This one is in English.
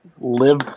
live